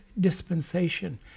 dispensation